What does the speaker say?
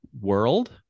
world